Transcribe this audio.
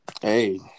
Hey